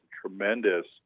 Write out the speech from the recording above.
tremendous